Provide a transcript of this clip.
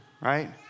right